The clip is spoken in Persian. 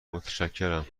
متشکرم